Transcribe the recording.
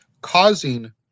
causing